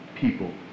people